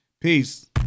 Peace